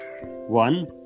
one